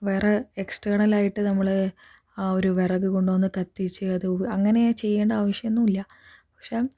വേറെ എക്സ്റ്റേണലായിട്ട് നമ്മൾ ആ ഒരു വിറക് കൊണ്ടുവന്ന് കത്തിച്ച് അത് അങ്ങനേ ചെയ്യേണ്ട ആവശ്യമൊന്നുമില്ല പക്ഷേ